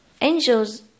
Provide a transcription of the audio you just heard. Angels